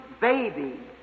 baby